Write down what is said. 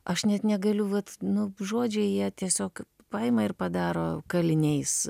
aš net negaliu vat nu žodžiai jie tiesiog paima ir padaro kaliniais